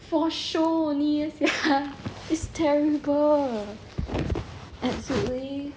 for show only sia it's terrible absolutely